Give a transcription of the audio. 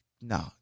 no